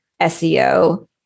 SEO